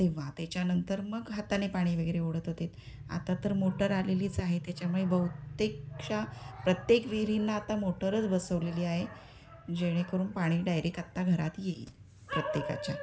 तेव्हा त्याच्यानंतर मग हाताने पाणी वगैरे ओढत होते आता तर मोटर आलेलीच आहे त्याच्यामुळे बहुतेकशा प्रत्येक विहिरींना आता मोटरच बसवलेली आहे जेणेकरून पाणी डायरेक्ट आत्ता घरात येईल प्रत्येकाच्या